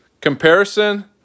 comparison